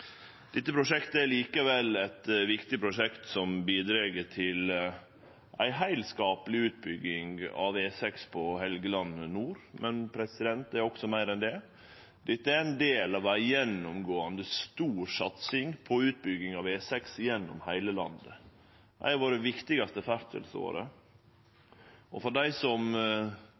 Dette prosjektet er likevel eit viktig prosjekt, som bidreg til ei heilskapleg utbygging av E6 på Helgeland nord, men det er også meir enn det; det er ein del av ei gjennomgåande, stor satsing på utbygging av E6 gjennom heile landet, ei av våre viktigaste ferdselsårer. Dei som